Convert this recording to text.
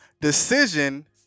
Decision